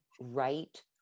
right